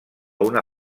una